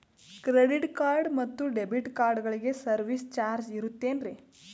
Credit card ಮತ್ತು debit ಕಾರ್ಡಗಳಿಗೆ service charge ಇರುತೇನ್ರಿ?